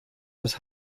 das